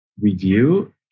review